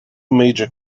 major